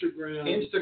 Instagram